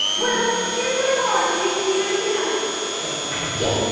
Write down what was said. well, here's my card in case you need anything else thank yeah